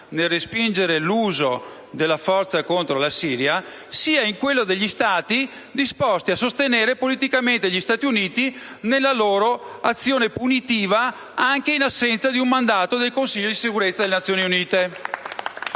nel respingere l'uso della forza contro la Siria, sia in quello degli Stati disposti a sostenere politicamente gli Stati Uniti nella loro azione punitiva anche in assenza di un mandato del Consiglio di sicurezza delle Nazioni Unite.